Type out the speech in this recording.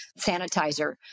sanitizer